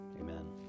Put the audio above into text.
Amen